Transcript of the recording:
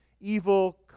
evil